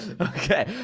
Okay